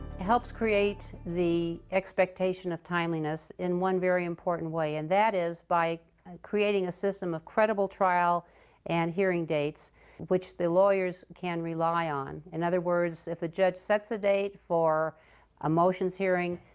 helps create the expectation of timeliness in one very important way, and that is by creating a system of credible trial and hearing dates which the lawyers can rely on. in other words, if a judge sets a date for a motions hearing,